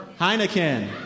Heineken